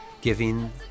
giving